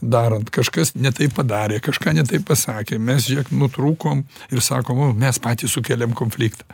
darant kažkas ne taip padarė kažką ne taip pasakė mes žiūrėk nutrūkom ir sakom vo mes patys sukėlėm konfliktą